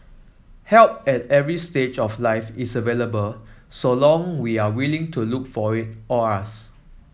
help at every stage of life is available so long we are willing to look for it or ask